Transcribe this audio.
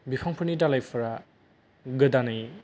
बिफांफोरनि दालायफोरा गोदानै